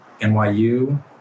nyu